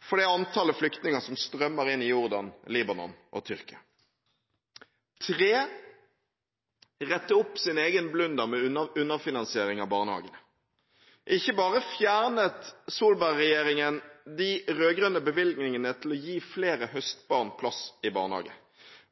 for det antallet flyktninger som strømmer inn i Jordan, Libanon og Tyrkia. Regjeringen burde rette opp sitt en egen blunder med underfinansiering av barnehagene. Ikke bare fjernet Solberg-regjeringen de rød-grønne bevilgningene til å gi flere høstbarn plass i barnehage.